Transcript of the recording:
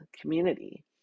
community